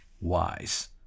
wise